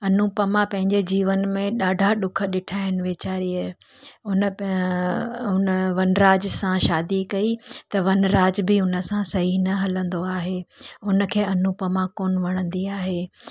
अनुपमा पंहिंजे जीवन में ॾाढा ॾुख ॾिठा आहिनि वेचारीअ उन उन वनराज सां शादी कई त वनराज बि उनसां सही न हलंदो आहे हुनखे अनुपमा कोन वणंदी आहे